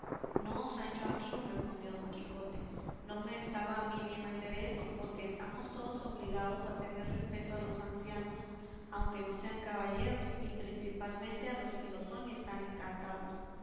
no sancho amigo respondió don quijote no me estaba a mí bien hacer eso porque estamos todos obligados a tener respeto a los ancianos aunque no sean caballeros y principalmente a los que lo son y están encantados